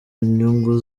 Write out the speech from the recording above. nyungu